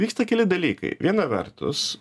vyksta keli dalykai viena vertus